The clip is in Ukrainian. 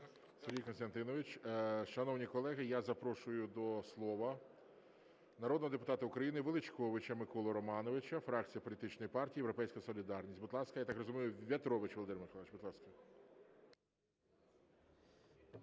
Сергій Костянтинович. Шановні колеги, я запрошую до слова народного депутата України Величковича Миколу Романовича, фракція політичної партії "Європейська солідарність". Будь ласка. Я так розумію, В'ятрович Володимир Михайлович, будь ласка.